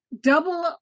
Double